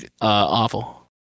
awful